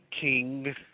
king